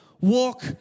walk